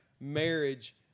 marriage